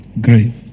grave